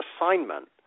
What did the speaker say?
assignment